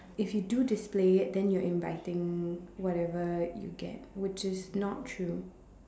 if you do display it then you're inviting whatever you get which is not true